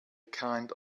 kind